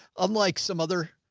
unlike some other.